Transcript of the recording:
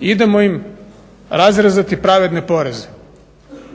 idemo im razrezati pravedne poreze.